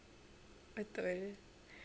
betul